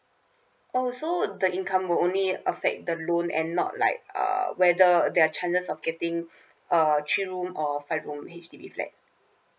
oh so the income will only affect the loan and not like uh whether their chances of getting a three room or five room H_D_B flat